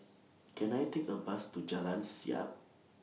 Can I Take A Bus to Jalan Siap